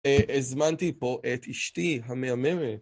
‫הזמנתי פה את אשתי המהממת.